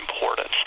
importance